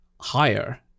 higher